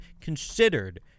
considered